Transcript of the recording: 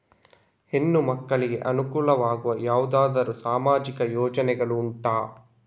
ಹೆಣ್ಣು ಮಕ್ಕಳಿಗೆ ಅನುಕೂಲವಾಗುವ ಯಾವುದಾದರೂ ಸಾಮಾಜಿಕ ಯೋಜನೆಗಳು ಉಂಟಾ?